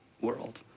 world